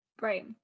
Right